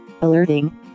alerting